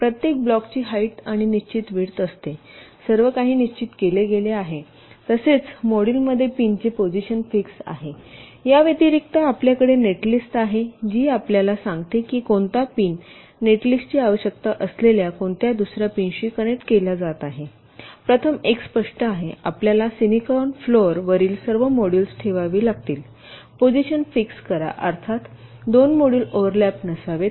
प्रत्येक ब्लॉकची हाईट आणि निश्चित विड्थ असते सर्व काही निश्चित केले गेले आहे तसेच मॉड्यूलमध्ये पिनचे पोजिशन फिक्स आहे याव्यतिरिक्त आपल्याकडे नेट लिस्ट आहे जी आपल्याला सांगते की कोणता पिन नेट लिस्टची आवश्यकता असलेल्या कोणत्या दुसर्या पिनशी कनेक्ट केला जात आहे प्रथम एक स्पष्ट आहे आपल्याला सिलिकॉन फ्लोर वरील सर्व मॉड्यूल्स ठेवावी लागतील पोजिशन फिक्स करा अर्थात 2 मॉड्यूल ओव्हरलॅप नसावेत